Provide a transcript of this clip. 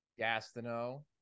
Gastineau